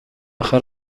خیر